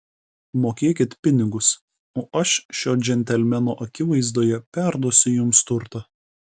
mokėkit pinigus o aš šio džentelmeno akivaizdoje perduosiu jums turtą